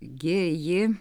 gi ji